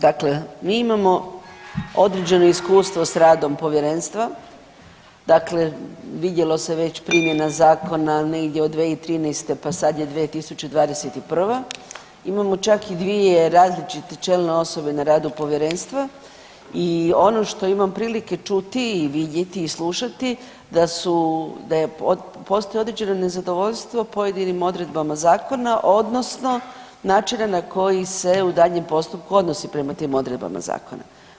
Dakle, mi imamo određeno iskustvo s radom Povjerenstva, dakle vidjelo se već, primjena zakona negdje od 2013., pa sad je 2021., imamo čak i dvije različite čelne osobe na radu Povjerenstva i ono što imam prilike čuti i vidjeti i slušati da su, da postoji određeno nezadovoljstvo pojedinim odredbama Zakona odnosno načina na koji se u daljnjem postupku odnosi prema tim odredbama Zakona.